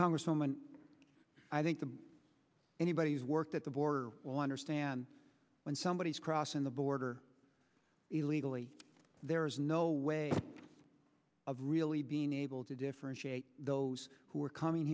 congresswoman i think that anybody who's worked at the border will understand when somebody is crossing the border illegally there is no way of really being able to differentiate those who are coming